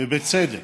ובצדק,